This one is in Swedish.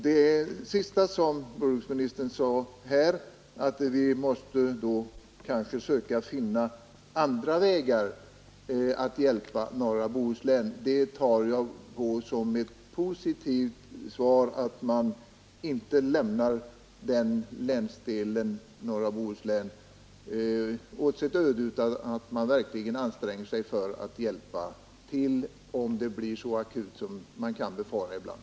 Det sista som jordbruksministern sade, att vi kanske måste söka finna andra vägar för att hjälpa norra Bohuslän, tar jag som ett positivt svar som innebär att man inte lämnar norra Bohuslän åt sitt öde utan verkligen anstränger sig för att hjälpa till, om situationen verkligen blir så akut som vi ibland kan befara.